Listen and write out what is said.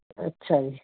ਅੱਛਾ ਜੀ